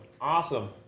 awesome